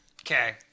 Okay